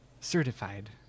certified